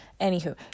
Anywho